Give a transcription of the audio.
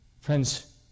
Friends